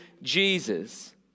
jesus